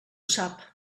sap